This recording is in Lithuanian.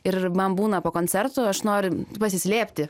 ir man būna po koncerto aš noriu pasislėpti